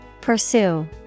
Pursue